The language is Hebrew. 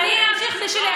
אני אמשיך בשלי.